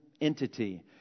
entity